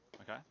Okay